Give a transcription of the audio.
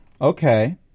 Okay